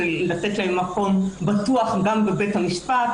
לתת להם מקום בטוח גם בבית המשפט,